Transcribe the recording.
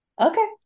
Okay